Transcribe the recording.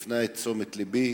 שמשך את תשומת לבי.